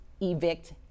evict